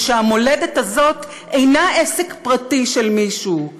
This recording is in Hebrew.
והמולדת הזאת אינה עסק פרטי של מישהו,